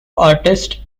artist